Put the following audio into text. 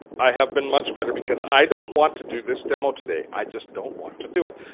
i have been much better because i don't want to do this demo today. i just don't want to do it.